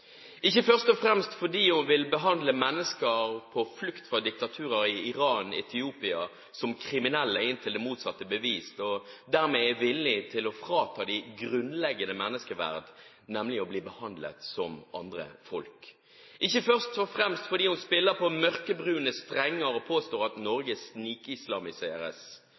ikke først og fremst fordi hun vil behandle mennesker på flukt fra diktaturer i Iran og Etiopia som kriminelle inntil det motsatte er bevist, og dermed er villig til å frata dem grunnleggende menneskeverd, nemlig å bli behandlet som andre folk, ikke først og fremst fordi hun spiller på mørkebrune strenger og påstår at Norge snikislamiseres.